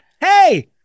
hey